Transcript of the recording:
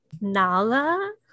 Nala